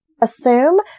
assume